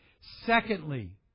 Secondly